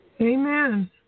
Amen